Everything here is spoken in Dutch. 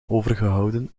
overgehouden